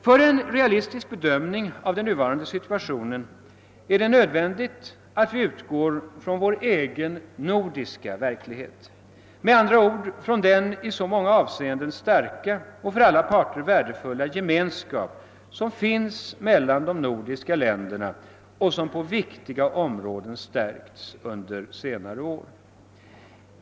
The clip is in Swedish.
För en realistisk bedömning av den nuvarande situationen är det nödvändigt att vi utgår från vår egen nordiska verklighet, med andra ord från den i så många avseenden starka och för alla parter värdefulla gemenskap, som finns mellan de nordiska länderna och som på viktiga områden stärkts under senare år.